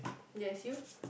yes you